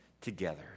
together